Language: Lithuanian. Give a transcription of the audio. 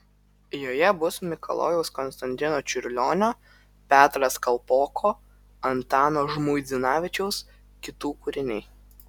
joje bus mikalojaus konstantino čiurlionio petras kalpoko antano žmuidzinavičiaus kitų kūriniai